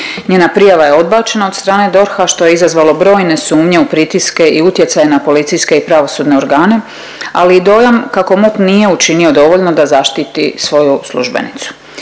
Njena prijava je odbačena od strane DORH-a što je izazvalo brojne sumnje u pritiske i utjecaj na policijske i pravosudne organe ali i dojam kako MUP nije učinio dovoljno da zaštiti svoju službenicu.